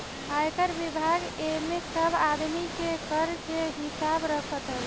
आयकर विभाग एमे सब आदमी के कर के हिसाब रखत हवे